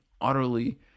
utterly